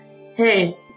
hey